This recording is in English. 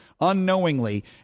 unknowingly